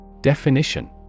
Definition